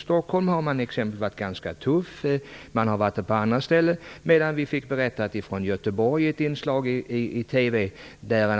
I Stockholm liksom på en del andra ställen har man t.ex. varit ganska tuff, medan en tjänsteman i Göteborg i ett inslag på TV sade